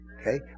Okay